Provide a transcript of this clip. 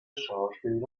schauspiel